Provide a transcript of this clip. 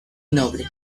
noble